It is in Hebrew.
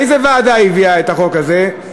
איזו ועדה הביאה את החוק הזה?